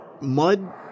Mud